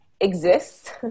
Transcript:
exists